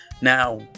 Now